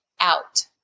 out